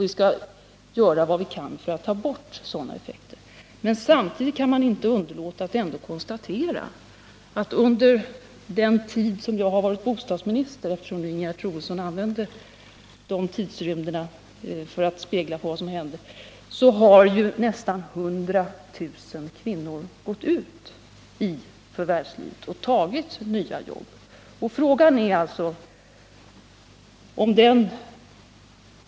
Vi skall göra vad vi kan för att ta bort sådana effekter. Men samtidigt kan man inte underlåta att ändå konstatera att under den tid som jag har varit bostadsminister — eftersom Ingegerd Troedsson använder den tidrymden som mått — nästan 100 000 kvinnor gått ut i förvärvslivet.